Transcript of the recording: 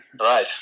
Right